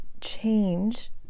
change